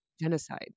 genocide